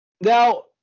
Now